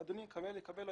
אנחנו